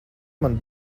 man